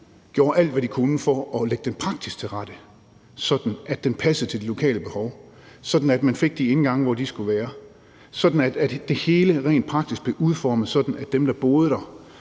gjorde alt, hvad de kunne, for at lægge den praktisk til rette, sådan at den passede til de lokale behov, sådan at man fik de indgange, hvor de skulle være; sådan at det hele rent praktisk blev udformet sådan, at dem, der boede der,